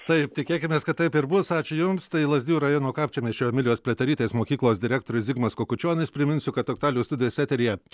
taip tikėkimės kad taip ir bus ačiū jums tai lazdijų rajono kapčiamiesčio emilijos pliaterytės mokyklos direktorius zigmas kokučionis priminsiu kad aktualijų studijos eteryje